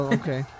okay